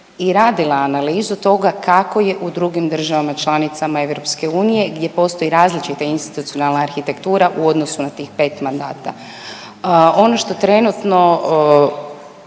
i radila analizu toga kako je u drugim državama članicama EU gdje postoji različita institucionalna arhitektura u odnosu na tih 5 mandata. Ono što trenutno,